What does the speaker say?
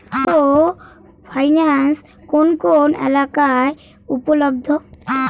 Micro finance কোন কোন এলাকায় উপলব্ধ?